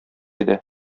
иде